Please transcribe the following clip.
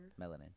Melanin